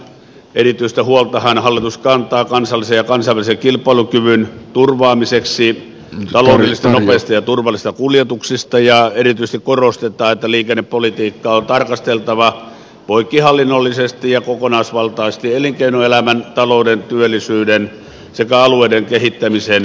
erityistä huoltahan hallitus kantaa kansallisen ja kansainvälisen kilpailukyvyn turvaamiseksi taloudellisista nopeista ja turvallisista kuljetuksista ja erityisesti korostetaan että liikennepolitiikkaa on tarkasteltava poikkihallinnollisesti ja kokonaisvaltaisesti elinkeinoelämän talouden työllisyyden sekä alueiden kehittämisen kehyksessä